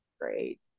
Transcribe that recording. great